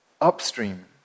Upstream